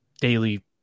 daily